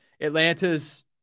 Atlanta's